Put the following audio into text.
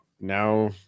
now